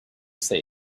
say